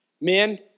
Men